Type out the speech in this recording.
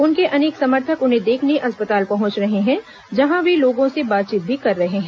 उनके अनेक समर्थक उन्हें देखने अस्पताल पहुंच रहे हैं जहां वे लोगों से बातचीत भी कर रहे हैं